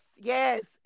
Yes